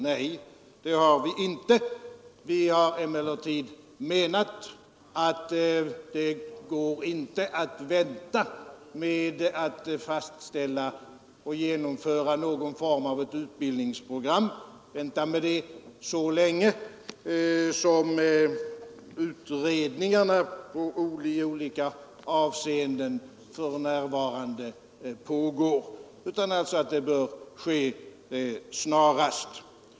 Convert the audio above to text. Nej, men vi har menat att det inte går att vänta med att fastställa och genomföra någon form av utbildningsprogram så länge utredningar i olika avseenden pågår. Det bör ske snarast.